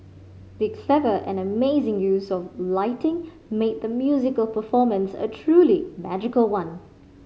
the clever and amazing use of lighting made the musical performance a truly magical one